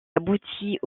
aboutit